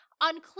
Unclear